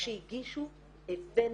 כשהגישו הבאנו,